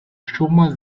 chômage